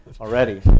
already